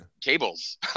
cables